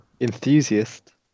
Enthusiast